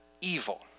evil